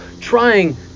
trying